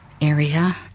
area